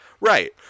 Right